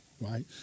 Right